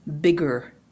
bigger